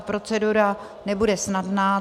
Procedura nebude snadná.